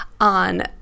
on